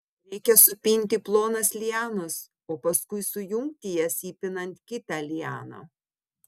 reikia supinti plonas lianas o paskui sujungti jas įpinant kitą lianą